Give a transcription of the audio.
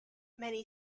many